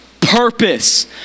purpose